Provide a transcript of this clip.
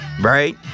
right